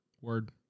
Word